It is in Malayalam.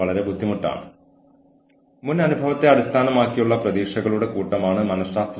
വ്യവസായ ടൌൺഷിപ്പുകൾ എന്താണെന്ന് എനിക്കറിയില്ല